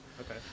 Okay